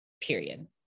period